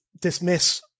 dismiss